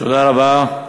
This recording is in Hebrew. תודה רבה.